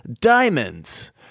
diamonds